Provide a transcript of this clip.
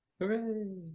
Hooray